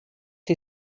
who